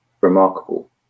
remarkable